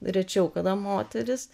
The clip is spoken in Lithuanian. rečiau kada moteris